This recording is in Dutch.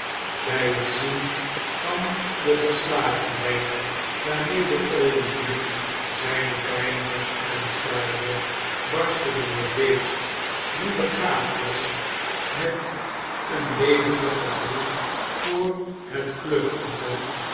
bij t zien van de verslagenheid waarmede olivier zijne pijnigers aanstaarde barstte mijnheer bates die begaafd was met een levendig gevoel voor het kluchtige